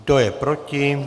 Kdo je proti?